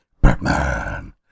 Batman